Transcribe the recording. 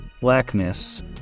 blackness